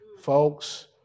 Folks